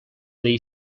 dei